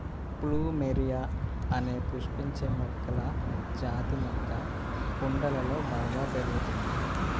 plumeria అనే పుష్పించే మొక్కల జాతి మొక్క కుండలలో బాగా పెరుగుతుంది